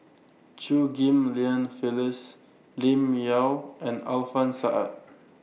Chew Ghim Lian Phyllis Lim Yau and Alfian Sa'at